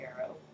Arrow